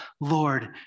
Lord